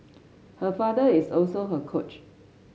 her father is also her coach